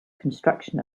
construction